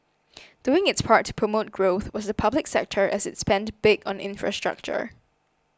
doing its part to promote growth was the public sector as it spent big on infrastructure